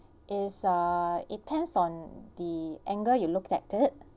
is uh depends on the angle you look at it